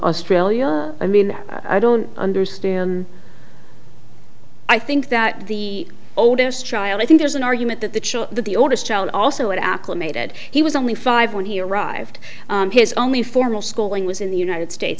australia i mean i don't understand i think that the oldest child i think there's an argument that the chal the oldest child also acclimated he was only five when he arrived his only formal schooling was in the united